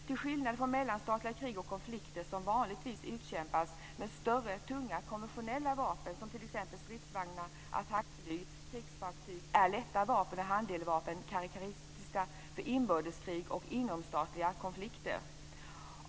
Till skillnad från mellanstatliga krig och konflikter som vanligtvis utkämpas med större, tunga konventionella vapen som t.ex. stridsvagnar, attackflyg och krigsfartyg är lätta vapen och handeldvapen karakteristiska för inbördeskrig och inomstatliga konflikter.